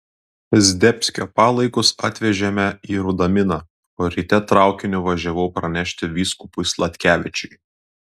zdebskio palaikus atvežėme į rudaminą o ryte traukiniu važiavau pranešti vyskupui sladkevičiui